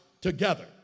together